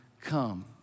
come